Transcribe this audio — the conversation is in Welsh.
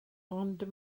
ond